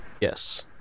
Yes